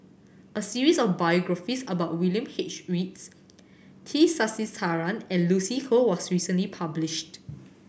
a series of biographies about William H Reads T Sasitharan and Lucy Koh was recently published